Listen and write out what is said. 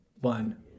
one